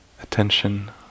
attention